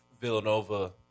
Villanova